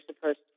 supposed